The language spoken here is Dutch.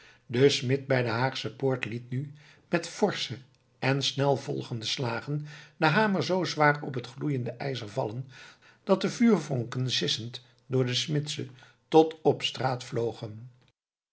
de smid bij de haagsche poort liet nu met forsche en snel volgende slagen den hamer zoo zwaar op het gloeiende ijzer vallen dat de vuurvonken sissend door de smidse tot op straat vlogen